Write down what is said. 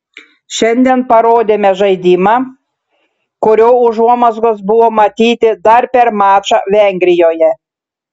šiandien parodėme žaidimą kurio užuomazgos buvo matyti dar per mačą vengrijoje